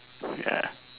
ya